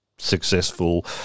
successful